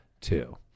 Two